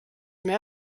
mehr